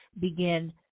begin